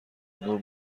نور